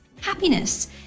happiness